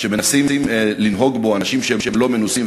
מנסים לנהוג בו אנשים לא מנוסים,